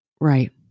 Right